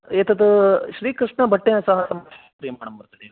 एतत् श्रीकृष्णभट्टेन सह सम्भाषणं क्रियमाणं वर्तते वा